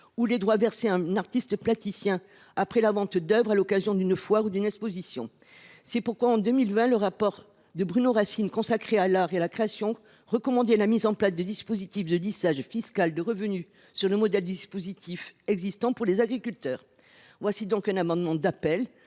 ou des droits versés à un artiste plasticien après la vente d’œuvres à l’occasion d’une foire ou d’une exposition. C’est pourquoi le rapport de Bruno Racine, publié en 2020 et consacré à l’art et à la création, recommandait la mise en place de dispositifs de lissage fiscal des revenus, sur le modèle du dispositif existant pour les agriculteurs. Cet amendement d’appel